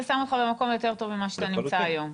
זה שם אותך במקום יותר טוב ממה שאתה נמצא היום.